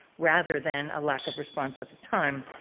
rather than a lack of response at the time,